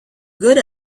good